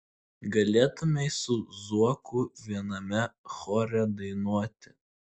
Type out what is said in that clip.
galėtumei su zuoku viename chore dainuoti